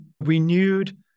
renewed